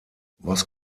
was